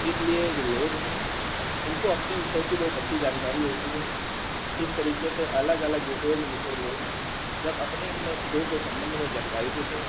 इसलिए जो लोग हैं उनको अपने विषय की बहुत अच्छी जानकारी होती है इस तरीके से अलग अलग विषयों में निपुण लोग जब अपने अपने विषयों के सम्बन्ध में जानकारी देते हैं